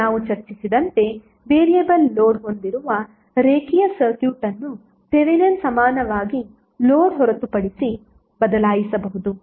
ಈಗ ನಾವು ಚರ್ಚಿಸಿದಂತೆ ವೇರಿಯಬಲ್ ಲೋಡ್ ಹೊಂದಿರುವ ರೇಖೀಯ ಸರ್ಕ್ಯೂಟ್ ಅನ್ನು ಥೆವೆನಿನ್ ಸಮಾನವಾಗಿ ಲೋಡ್ ಹೊರತುಪಡಿಸಿ ಬದಲಾಯಿಸಬಹುದು